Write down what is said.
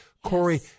Corey